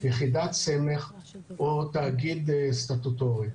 יחידת סמך או תאגיד סטטוטורי.